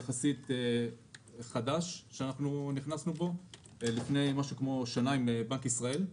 יחסית שנכנסנו אליו לפני כשנה עם בנק ישראל.